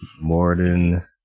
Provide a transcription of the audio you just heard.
Morden